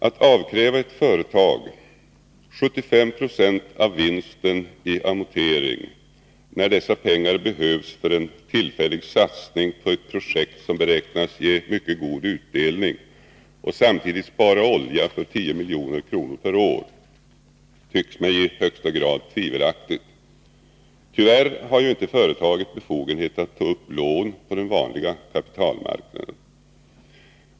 Att avkräva ett företag 75 70 av vinsten i amortering, när pengarna behövs för en tillfällig satsning på ett projekt som beräknas ge mycket god utdelning och samtidigt spara olja för 10 milj.kr. per år tycks mig i högsta grad tvivelaktigt. Tyvärr har ju inte företaget befogenhet att ta upp lån på den vanliga kapitalmarknaden.